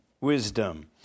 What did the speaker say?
wisdom